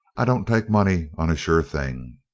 i don't take money on a sure thing.